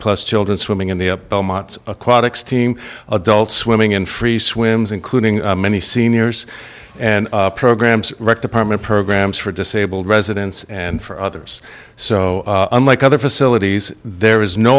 plus children swimming in the belmont aquatic steam adult swimming and free swims including many seniors and programs rec department programs for disabled residents and for others so unlike other facilities there is no